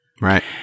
Right